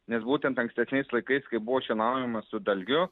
nes būtent ankstesniais laikais kai buvo šienaujama su dalgiu